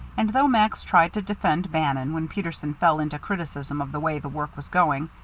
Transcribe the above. and though max tried to defend bannon when peterson fell into criticism of the way the work was going,